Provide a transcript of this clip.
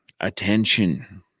attention